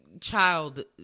child